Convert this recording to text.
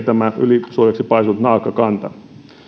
tämä ylisuureksi paisunut naakkakanta on todellinen riesa